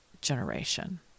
generation